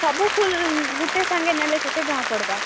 ସବୁ ଫୁଲ୍ ଗୁଟେ ସାଙ୍ଗେ ନେଲେ କେତେ ଟଙ୍କା ପଡ଼ବା